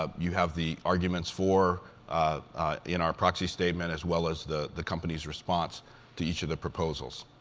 um you have the arguments for in our proxy statement, as well as the the company's response to each of the proposals.